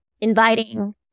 inviting